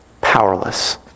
Powerless